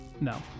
No